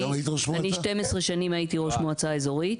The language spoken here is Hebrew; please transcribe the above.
הייתי 12 שנים ראש מועצה אזורית